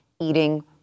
eating